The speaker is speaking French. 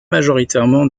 majoritairement